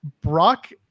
Brock